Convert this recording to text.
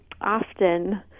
often